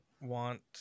want